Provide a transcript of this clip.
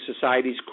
society's